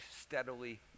steadily